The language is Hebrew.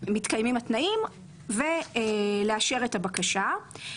מתקיימים התנאים כדי לאשר את הבקשה.